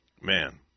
man